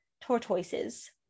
tortoises